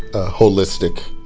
ah holistic,